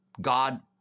God